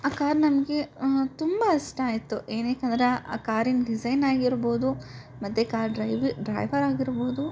ಆ ಕಾರ್ ನನಗೆ ತುಂಬ ಇಷ್ಟ ಆಯಿತು ಏನಿಕ್ಕೆ ಅಂದರೆ ಆ ಕಾರಿನ ಡಿಸೈನ್ ಆಗಿರ್ಬೋದು ಮತ್ತು ಕಾರ್ ಡ್ರೈವಿ ಡ್ರೈವರ್ ಆಗಿರ್ಬೋದು